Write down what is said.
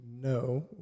no